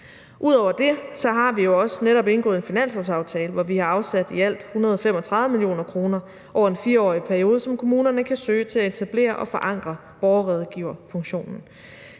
Ud over det har vi også netop indgået en finanslovsaftale, hvor vi har afsat i alt 135 mio. kr. over en 4-årig periode, som kommunerne kan søge, til at etablere og forankre borgerrådgiverfunktionen.